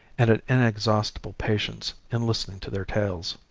and an inexhaustible patience in listening to their tales.